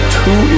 two